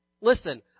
Listen